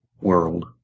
world